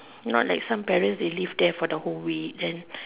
not like some parents they leave them for the whole week then